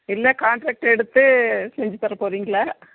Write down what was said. இல்லை காான்ட்ராக்ட்ட் எடுத்து செஞ்சி தர போகிறிீங்களா